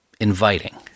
inviting